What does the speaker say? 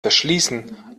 verschließen